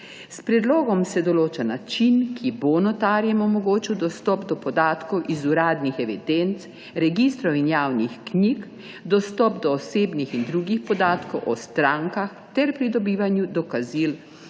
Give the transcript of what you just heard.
S predlogom se določa način, ki bo notarjem omogočil dostop do podatkov iz uradnih evidenc, registrov in javnih knjig, dostop do osebnih in drugih podatkov o strankah ter pridobivanju dokazil